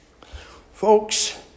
Folks